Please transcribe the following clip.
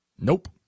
Nope